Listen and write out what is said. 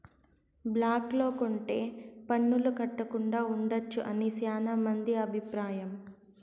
black లో కొంటె పన్నులు కట్టకుండా ఉండొచ్చు అని శ్యానా మంది అభిప్రాయం